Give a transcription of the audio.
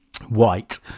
white